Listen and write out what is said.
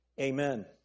Amen